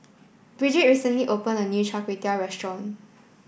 Brigid recently opened a new Char Kway Teow Restaurant